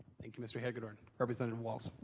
thank you mr. hagedorn representative walz,